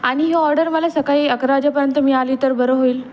आणि ही ऑर्डर मला सकाळी अकरा वाजेपर्यंत मिळाली तर बरं होईल